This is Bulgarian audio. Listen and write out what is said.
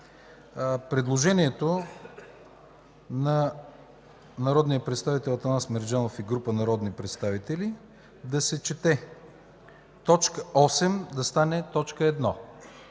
предложението на народния представител Атанас Мерджанов и група народни представители да се чете: „т. 8 да стане т. 1”.